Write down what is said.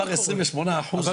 בלי יכולות סייבר אמיתיות,